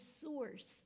source